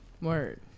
Word